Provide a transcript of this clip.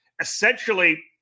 Essentially